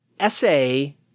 essay